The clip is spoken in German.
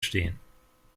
stehen